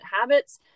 habits